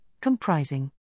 comprising